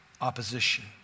opposition